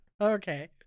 Okay